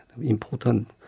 important